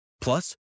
Plus